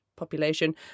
population